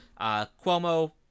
Cuomo